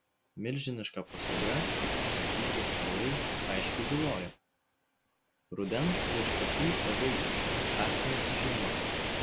milžiniška pasaga sustatyti stalai aiškiai bylojo rudens viešpatystė baigiasi artinasi žiema